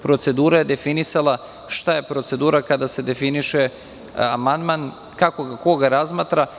Procedura je definisala šta je procedura kada se definiše amandman, ko ga razmatra.